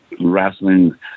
wrestling